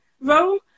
role